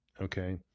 okay